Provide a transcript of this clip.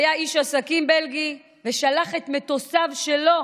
שהיה איש עסקים בלגי, ושלח את מטוסיו שלו